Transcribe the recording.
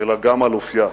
אלא גם על אופיה.